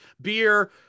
beer